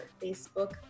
facebook